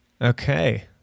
Okay